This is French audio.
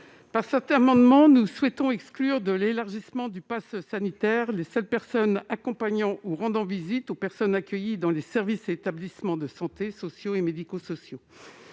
Par cet amendement, nous souhaitons exclure de l'élargissement du passe sanitaire les seules personnes accompagnant ou rendant visite aux personnes accueillies dans les services et établissements de santé sociaux et médico-sociaux.